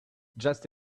just